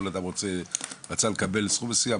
כל אחד רצה לקבל סכום מסוים,